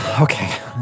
Okay